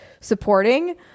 supporting